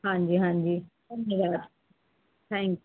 ਹਾਂਜੀ ਹਾਂਜੀ ਧੰਨਵਾਦ ਥੈਂਕ